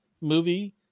movie